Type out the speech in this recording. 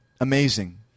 amazing